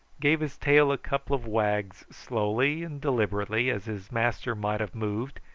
gave his tail a couple of wags slowly and deliberately, as his master might have moved,